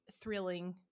thrilling